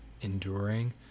enduring